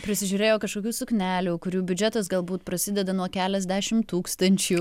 prisižiūrėjo kažkokių suknelių kurių biudžetas galbūt prasideda nuo keliasdešim tūkstančių